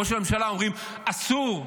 אומרים: אסור,